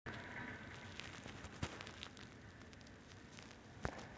आमच्या शाळेच्या मैदानाला पाणी देण्यासाठी स्प्रिंकलर चा वापर केला जातो